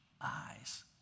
eyes